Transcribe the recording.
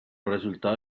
resultado